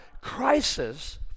crisis